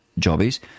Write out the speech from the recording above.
jobbies